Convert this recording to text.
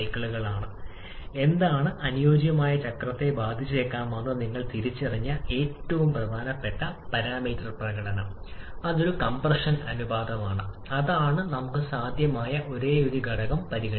dot ഇട്ട മഞ്ഞ രേഖ കംപ്രഷൻ പ്രക്രിയയെ പ്രതിനിധീകരിക്കുന്നു യഥാർത്ഥ കംപ്രഷൻ പോയിന്റ് 2 ഉപയോഗിച്ച് 2 ലേക്ക് താഴാൻ പ്രോസസ്സ് ചെയ്യുക